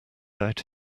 out